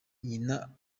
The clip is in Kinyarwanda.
nyina